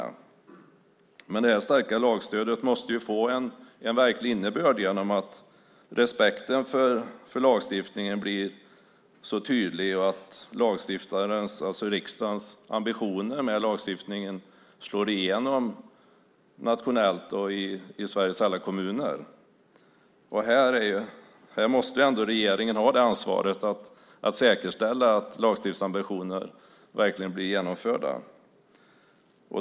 Det här starka lagstödet måste få en verklig innebörd genom att respekten för lagstiftningen blir tydlig och att lagstiftarens, alltså riksdagens, ambitioner med lagstiftningen slår igenom nationellt och i Sveriges alla kommuner. Regeringen måste ta ansvaret att säkerställa att lagstiftarens ambitioner verkligen blir genomförda.